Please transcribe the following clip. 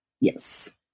Yes